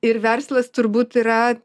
ir verslas turbūt yra